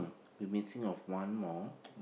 you missing of one more